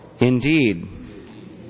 Indeed